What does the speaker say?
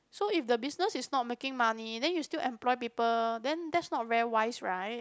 so if the business is not making money then you still employ people then that's not very wise right